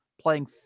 playing